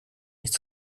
nicht